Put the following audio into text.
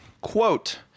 quote